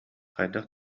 хайдах